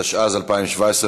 התשע"ז 2017,